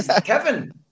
Kevin